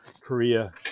Korea